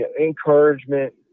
encouragement